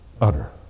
utter